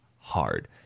hard